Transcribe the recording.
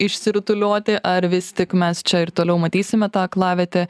išsirutulioti ar vis tik mes čia ir toliau matysime tą aklavietę